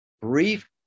brief